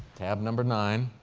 tab number nine.